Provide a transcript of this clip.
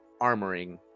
armoring